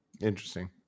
Interesting